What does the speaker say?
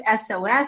SOS